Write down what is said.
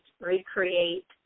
recreate